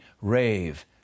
rave